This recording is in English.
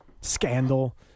scandal